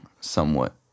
somewhat